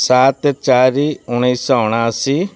ସାତ ଚାରି ଉଣେଇଶି ଶହ ଅଣାଅଶୀ